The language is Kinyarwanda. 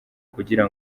kugira